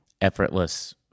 effortless